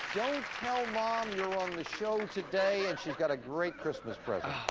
don't tell mom you're on the show today, and she's got a great christmas present.